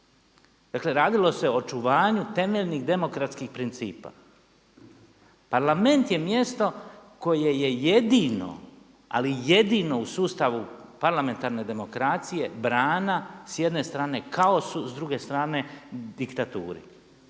Dakle, radilo se o očuvanju temeljnih demokratskih principa. Parlament je mjesto koje je jedino ali jedino u sustavu parlamentarne demokracije brana s jedne strane kaosu, s druge strane diktaturi.